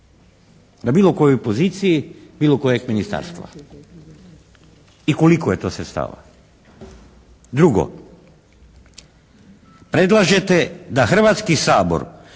Na bilo kojoj poziciji, bilo kojeg ministarstva. I koliko je to sredstava? Drugo, predlažete da Hrvatski sabor